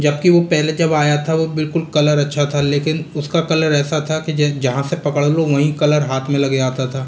जबकि वह पहले जब आया था वो बिल्कुल कलर अच्छा था लेकिन उसका कलर ऐसे था कि जे जहाँ से पकड़ लो वहीं कलर हाथ में लग जाता था